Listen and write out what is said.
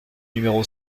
numéro